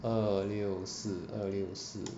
二六四二六四